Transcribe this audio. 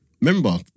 Remember